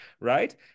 Right